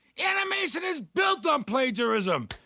animation is built on plagiarism.